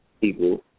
people